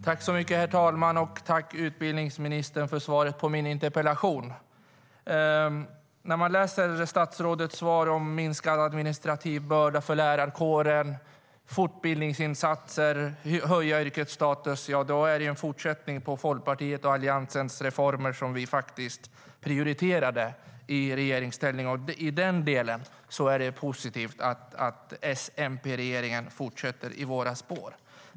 Herr talman! Tack, utbildningsministern, för svaret på min interpellation! När man läser statsrådets svar om minskad administrativ börda för lärarkåren, fortbildningsinsatser, höjande av yrkets status, ja, då är det en fortsättning på Folkpartiets och Alliansens reformer som vi prioriterade i regeringsställning. I den delen är det positivt att S/MP-regeringen fortsätter i våra spår.